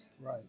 Right